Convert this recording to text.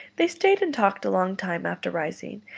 they stayed and talked a long time after rising,